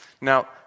Now